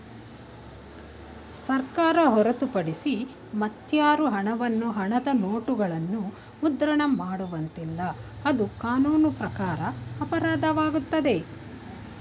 ಸರ್ಕಾರ ಹೊರತುಪಡಿಸಿ ಮತ್ಯಾರು ಹಣವನ್ನು ಹಣದ ನೋಟುಗಳನ್ನು ಮುದ್ರಣ ಮಾಡುವಂತಿಲ್ಲ, ಅದು ಕಾನೂನು ಪ್ರಕಾರ ಅಪರಾಧವಾಗುತ್ತದೆ